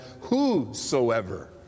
whosoever